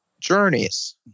journeys